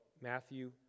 Matthew